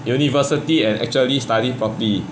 university and actually study properly